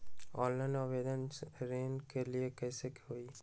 Online आवेदन ऋन के लिए कैसे हुई?